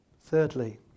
Thirdly